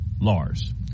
Lars